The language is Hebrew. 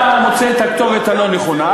אתה מוצא את הכתובת הלא-נכונה.